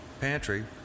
pantry